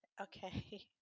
Okay